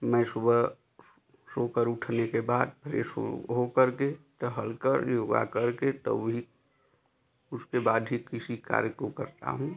मैं सुबह सोकर उठने के बाद फ्रेस हो होकर के टहलकर योगा करके तभी उसके बाद ही किसी कार्य को करता हूँ